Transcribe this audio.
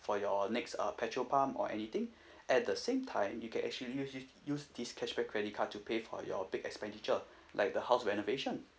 for your next uh petrol pump or anything at the same time you can actually use this use this cashback credit card to pay for your big expenditure like the house renovation